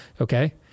Okay